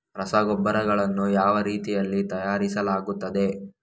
ರಸಗೊಬ್ಬರಗಳನ್ನು ಯಾವ ರೀತಿಯಲ್ಲಿ ತಯಾರಿಸಲಾಗುತ್ತದೆ?